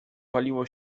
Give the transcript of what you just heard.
paliło